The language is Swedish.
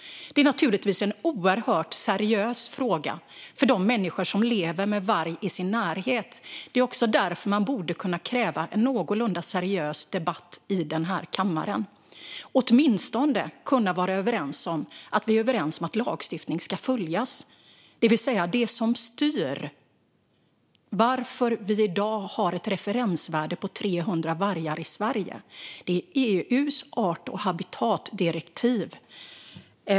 Det är naturligtvis en oerhört seriös fråga för de människor som lever med varg i sin närhet. Därför borde man också kunna kräva en någorlunda seriös debatt i den här kammaren. Vi skulle åtminstone kunna vara överens om att lagstiftning ska följas. Det som styr att vi i dag har ett referensvärde på 300 vargar i Sverige är EU:s art och habitatdirektiv.